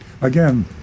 Again